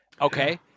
Okay